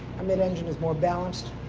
a mid-engine is more balanced.